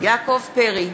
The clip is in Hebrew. יעקב פרי,